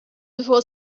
before